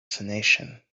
fascination